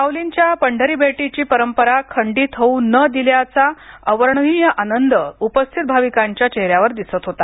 माउलींच्या पंढरी भेटीची परंपरा खंडित होऊ न दिल्याचा अवर्णनीय आनंद उपस्थित भाविकांच्या चेहेऱ्यावर दिसत होता